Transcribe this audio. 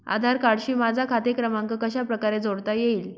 आधार कार्डशी माझा खाते क्रमांक कशाप्रकारे जोडता येईल?